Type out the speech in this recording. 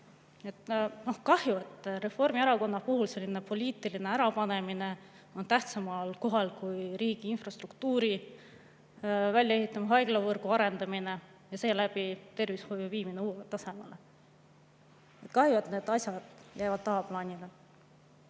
et Reformierakonna puhul on poliitiline ärapanemine tähtsamal kohal kui riigi infrastruktuuri väljaehitamine, haiglavõrgu arendamine ja seeläbi tervishoiu viimine uuele tasemele. Kahju, et need asjad jäävad tagaplaanile.